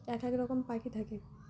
এক এক রকম পাখি থাকে